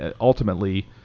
ultimately